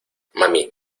mami